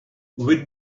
with